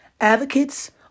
advocates